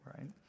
right